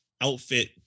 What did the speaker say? outfit